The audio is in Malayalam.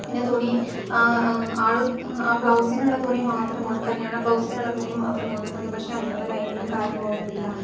പിന്നെ തുണി ആൾ ആ ബ്ലൗസിനുള്ള തുണി മാത്രം കൊണ്ട് കല്യാണ ബ്ലൗസിനുള്ള തുണി മാത്രം കൊണ്ടു തന്നു പക്ഷേ അതിനുള്ള ലൈനിങ്ങും കാര്യങ്ങളൊന്നുമില്ല